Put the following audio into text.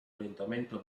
orientamento